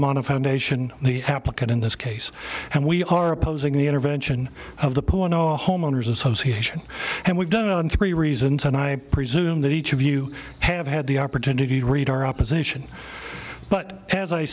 foundation the applicant in this case and we are opposing the intervention of the poor no homeowners association and we've done on three reasons and i presume that each of you have had the opportunity to read our opposition but as i